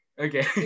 Okay